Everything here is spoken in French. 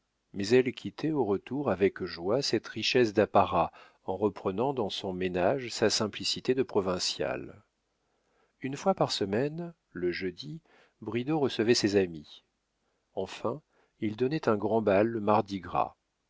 mais elle quittait au retour avec joie cette richesse d'apparat en reprenant dans son ménage sa simplicité de provinciale une fois par semaine le jeudi bridau recevait ses amis enfin il donnait un grand bal le mardi gras